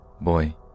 Boy